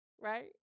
Right